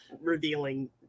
revealing